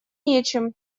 нечем